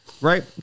right